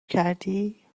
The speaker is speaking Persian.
کردی